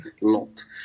lot